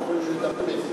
אנחנו יכולים לנמק,